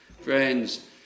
Friends